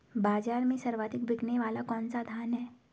बाज़ार में सर्वाधिक बिकने वाला कौनसा धान है?